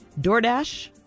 doordash